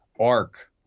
arc